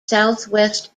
southwest